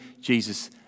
Jesus